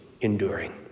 enduring